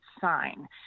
sign